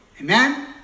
Amen